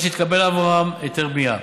לאחר שיתקבל עבורן היתר בנייה.